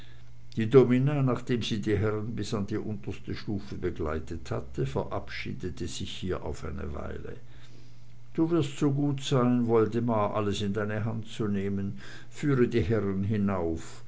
die domina nachdem sie die herren bis an die unterste stufe begleitet hatte verabschiedete sich hier auf eine weile du wirst so gut sein woldemar alles in deine hand zu nehmen führe die herren hinauf